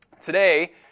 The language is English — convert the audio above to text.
Today